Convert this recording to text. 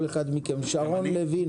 שרון לוין